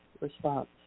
response